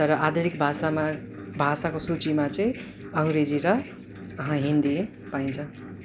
तर आधिरिक भाषामा भाषाको सूचिमा चाहिँ अङ्ग्रेजी र हिन्दी पाइन्छ